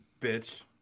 bitch